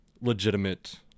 legitimate